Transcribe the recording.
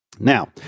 Now